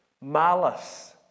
malice